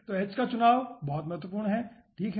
तो h का चुनाव बहुत महत्वपूर्ण है ठीक है